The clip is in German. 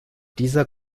dieser